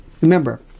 Remember